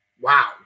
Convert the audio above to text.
wow